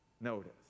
Notice